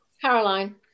Caroline